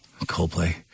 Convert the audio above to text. Coldplay